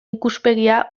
ikuspegia